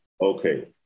Okay